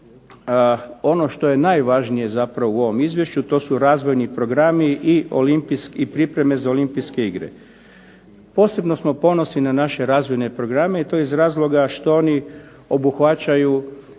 ono što je najvažnije zapravo u ovom izvješću, to su razvojni programi i pripreme za Olimpijske igre. Posebno smo ponosni na naše razvojne programe i to iz razloga što oni obuhvaćaju